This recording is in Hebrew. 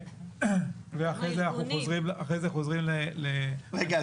לאחר מכן חוזרים --- רגע,